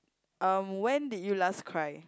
um when did you last cry